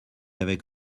avec